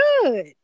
good